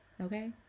Okay